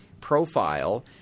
profile